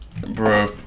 Bro